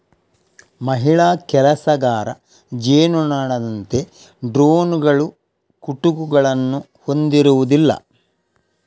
ಮಹಿಳಾ ಕೆಲಸಗಾರ ಜೇನುನೊಣದಂತೆ ಡ್ರೋನುಗಳು ಕುಟುಕುಗಳನ್ನು ಹೊಂದಿರುವುದಿಲ್ಲ